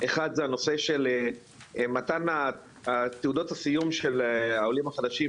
אחד זה נושא של מתן תעודות הסיום של העולים החדשים,